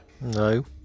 No